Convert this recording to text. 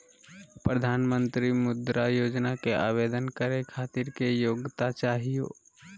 प्रधानमंत्री मुद्रा योजना के आवेदन करै खातिर की योग्यता चाहियो?